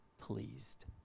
pleased